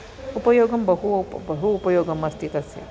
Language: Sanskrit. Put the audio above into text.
उपयोगं बहु बहु उपयोगम् अस्ति तस्य